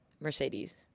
Mercedes